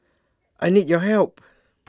I need your help